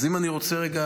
אז אם אני רוצה רגע,